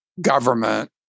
government